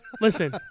listen